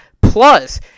Plus